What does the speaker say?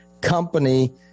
company